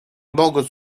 mogąc